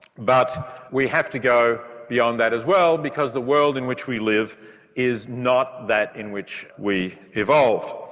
but we have to go beyond that as well because the world in which we live is not that in which we evolve.